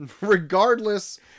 Regardless